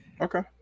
Okay